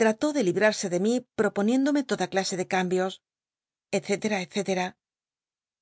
trató de librarse de mí proponiéndome toda clase de cambios